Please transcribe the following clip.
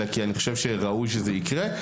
אלא כי אני חושב שראוי שזה יקרה.